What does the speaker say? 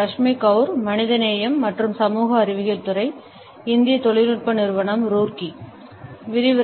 3 வது வாரத்தின் 4